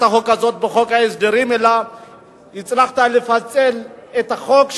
החוק הזאת בחוק ההסדרים אלא הצלחת לפצל את החוק,